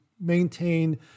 maintain